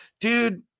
Dude